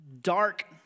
dark